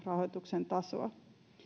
rahoituksen tasoa